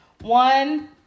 One